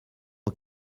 aux